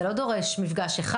זה לא דורש מפגש אחד.